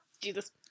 Jesus